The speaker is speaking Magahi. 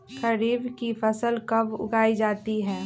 खरीफ की फसल कब उगाई जाती है?